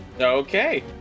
Okay